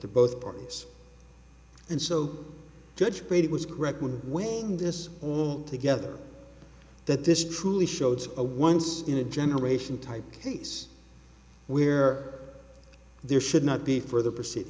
the both parties and so judge brady was correct when weighing this all together that this truly showed a once in a generation type case where there should not be further proceed